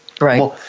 Right